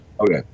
Okay